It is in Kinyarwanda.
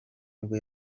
nibwo